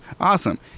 Awesome